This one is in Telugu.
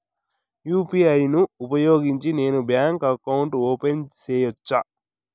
యు.పి.ఐ ను ఉపయోగించి నేను బ్యాంకు అకౌంట్ ఓపెన్ సేయొచ్చా?